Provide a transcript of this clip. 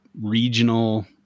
regional